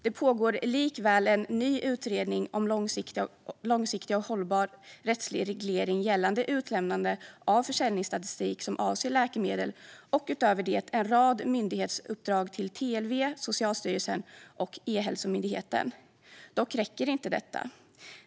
Det pågår likaså en ny utredning om långsiktig och hållbar rättslig reglering gällande utlämnande av försäljningsstatistik som avser läkemedel och utöver det en rad myndighetsuppdrag till TLV, Socialstyrelsen och Ehälsomyndigheten. Dock räcker inte detta.